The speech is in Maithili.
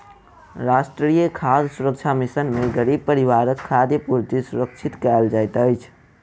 राष्ट्रीय खाद्य सुरक्षा मिशन में गरीब परिवारक खाद्य पूर्ति सुरक्षित कयल जाइत अछि